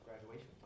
graduation